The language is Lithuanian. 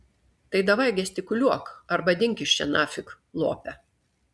tai davai gestikuliuok arba dink iš čia nafig lope